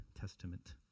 Testament